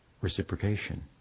reciprocation